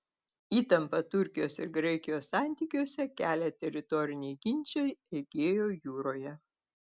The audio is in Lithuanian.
įtampą turkijos ir graikijos santykiuose kelia teritoriniai ginčai egėjo jūroje